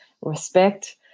respect